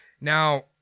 Now